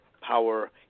power